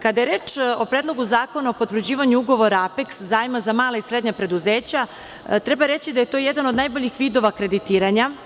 Kada je reč o Predlogu zakona o potvrđivanju ugovora „Apeks“, zajma za mala i srednja preduzeća, treba reći da je to jedan od najboljih vidova kreditiranja.